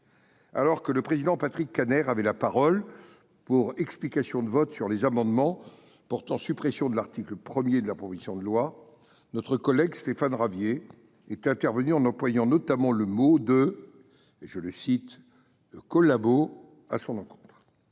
Alors que le président Patrick Kanner avait la parole pour explication de vote sur les amendements portant suppression de l’article 1 de la proposition de loi, notre collègue Stéphane Ravier est intervenu en employant notamment le mot de « collabo » à son encontre.